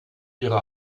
ihre